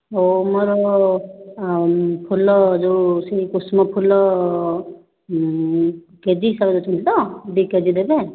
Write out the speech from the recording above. ହଉ ମୋର ଫୁଲ ଯେଉଁ ସେଇ କୃଷ୍ଣ ଫୁଲ କେ ଜି ଶହେ ଦେଉଛନ୍ତି ତ ଦୁଇ କେ ଜି ଦେବେ